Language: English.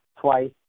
twice